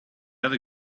other